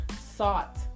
sought